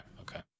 okay